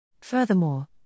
Furthermore